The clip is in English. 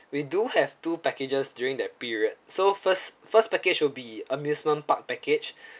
we do have two packages during that period so first first package will be amusement park package